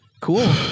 Cool